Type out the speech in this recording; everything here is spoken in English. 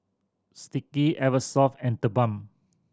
Sticky Eversoft and TheBalm